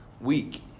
week